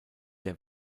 der